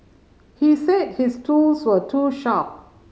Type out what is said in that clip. he said his tools were too sharp